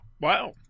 Wow